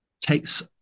takes